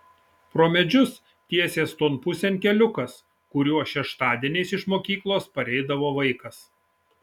pro medžius tiesės ton pusėn keliukas kuriuo šeštadieniais iš mokyklos pareidavo vaikas